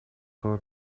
کار